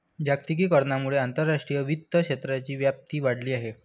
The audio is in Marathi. जागतिकीकरणामुळे आंतरराष्ट्रीय वित्त क्षेत्राची व्याप्ती वाढली आहे